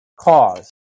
cause